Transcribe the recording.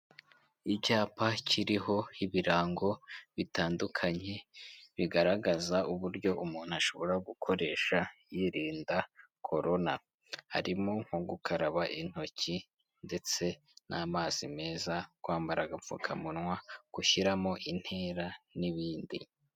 Icyapa kiriho ibirango bitandukanye, bigaragaza uburyo umuntu ashobora gukoresha yirinda korona, harimo nko gukaraba intoki ndetse n'amazi meza, kwambara agapfukamunwa, gushyiramo intera n'ibindi.